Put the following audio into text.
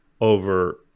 over